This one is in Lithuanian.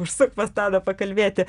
užsuk pas tadą pakalbėti